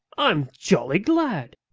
i'm jolly glad.